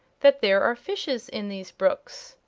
that there are fishes in these brooks.